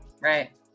right